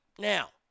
Now